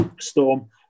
storm